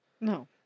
no